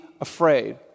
afraid